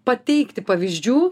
pateikti pavyzdžių